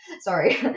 Sorry